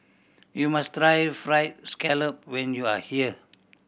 you must try Fried Scallop when you are here